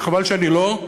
וחבל שאני לא,